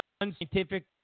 unscientific